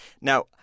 Now